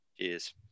Cheers